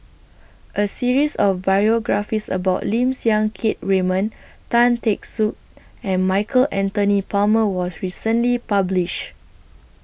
A series of biographies about Lim Siang Keat Raymond Tan Teck Soon and Michael Anthony Palmer was recently published